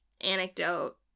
anecdote